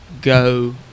go